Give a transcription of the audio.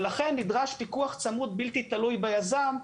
ולכן נדרש פיקוח צמוד בלתי תלוי ביזם,